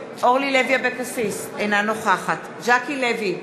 אינה נוכחת ז'קי לוי,